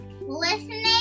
listening